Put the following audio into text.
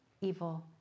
evil